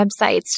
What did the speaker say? websites